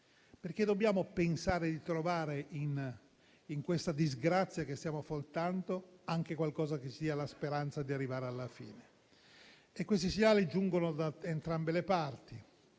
perché dobbiamo pensare di trovare in questa disgrazia che stiamo affrontando anche qualche segnale che ci dia la speranza che si stia arrivando alla fine. Questi segnali giungono da entrambe le parti.